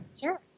Sure